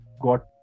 got